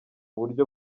buryo